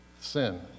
sin